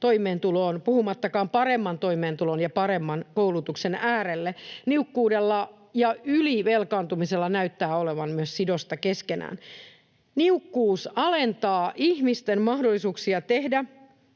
toimeentuloon, puhumattakaan paremman toimeentulon ja paremman koulutuksen äärelle. Niukkuudella ja ylivelkaantumisella näyttää olevan myös sidosta keskenään. Niukkuus alentaa ihmisten mahdollisuuksia tehdä